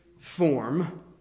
form